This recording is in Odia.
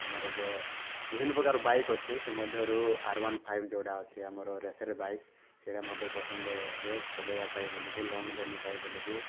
ଆମର ଯେଉଁ ବିଭିନ୍ନପ୍ରକାର ବାଇକ୍ ଅଛି ସେ ମଧ୍ୟରୁ ଆର ୱାନ୍ ଫାଇବ୍ ଯେଉଁଟା ଅଛି ଆମର ରେସ୍ର ବାଇକ୍ ସେଇଟା ମଧ୍ୟ ପସନ୍ଦ ହୁଏ ଚଲେଇବାପାଇଁ ବୋଲିକି ଲଙ୍ଗ ଜର୍ଣ୍ଣି ବୋଲିକି